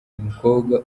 mukobwa